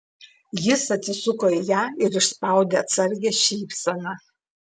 jis atsisuko į ją ir išspaudė atsargią šypseną